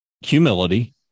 Humility